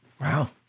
Wow